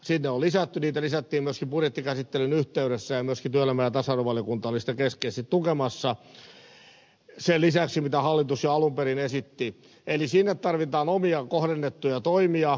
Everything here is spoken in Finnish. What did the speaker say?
sinne on lisätty niitä lisättiin myöskin budjettikäsittelyn yhteydessä ja myöskin työelämä ja tasa arvovaliokunta oli sitä keskeisesti tukemassa sen lisäksi mitä hallitus jo alun perin esitti eli sinne tarvitaan omia kohdennettuja toimia